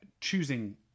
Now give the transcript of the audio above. choosing